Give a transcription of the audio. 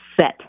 set